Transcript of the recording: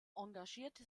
engagierte